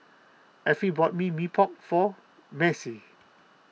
Effie bought Mee Pok for Macie